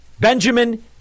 Benjamin